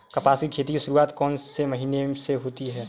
कपास की खेती की शुरुआत कौन से महीने से होती है?